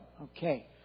okay